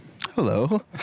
Hello